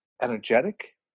energetic